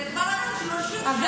זה כבר 30 שנה,